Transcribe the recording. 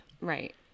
right